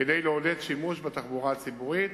כדי לעודד שימוש בתחבורה הציבורית